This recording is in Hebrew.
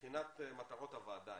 מבחינת מטרות הוועדה,